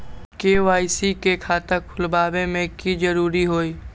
KYC के खाता खुलवा में की जरूरी होई?